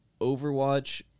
Overwatch